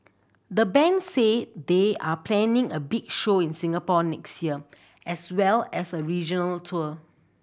the band say they are planning a big show in Singapore next year as well as a regional tour